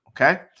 okay